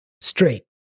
straight